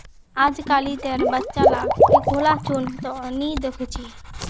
अजकालितेर बच्चा लाक टिकोला चुन त नी दख छि